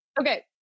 Okay